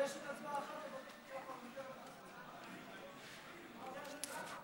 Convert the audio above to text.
להצבעה על הודעתו של יושב-ראש ועדת הכנסת.